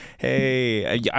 Hey